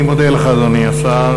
אני מודה לך, אדוני השר.